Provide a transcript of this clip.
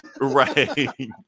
right